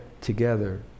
together